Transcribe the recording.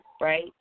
Right